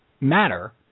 matter